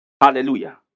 Hallelujah